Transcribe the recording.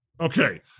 Okay